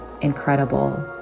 incredible